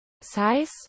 size